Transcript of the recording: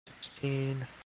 sixteen